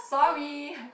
sorry